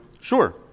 Sure